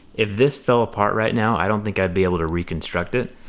if this fell apart right now, i don't think i'd be able to reconstruct it,